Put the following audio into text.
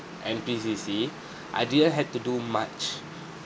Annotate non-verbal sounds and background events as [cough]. N_P_C_C [breath] I didn't had to do much [breath]